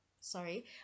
sorry